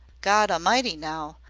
godamighty now,